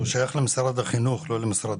הוא שייך למשרד החינוך ולא למשרד